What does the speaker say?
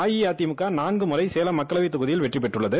அஇஅதிமுக நான்கு முறை சேலம் மக்களவைத்தொகுதியில் வெ ற்றி பெற்றுள்ளது